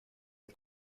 est